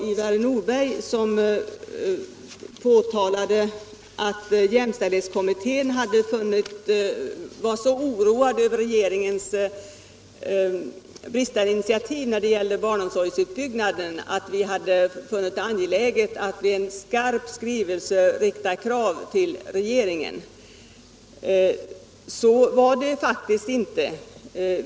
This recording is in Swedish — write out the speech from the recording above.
Ivar Nordberg sade att jämställdhetskommittén var så oroad över regeringens brist på initiativ när det gällde barnomsorgsutbyggnaden att kommittén fann det angeläget att i en skarp skrivelse vända sig till regeringen med krav. Men så var det faktiskt inte.